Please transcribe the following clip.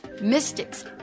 mystics